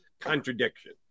contradiction